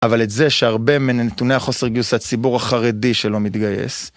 אבל את זה שהרבה מנתוני החוסר גיוס זה הציבור החרדי שלא מתגייס.